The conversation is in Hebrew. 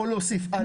להוסיף על פי האמנה.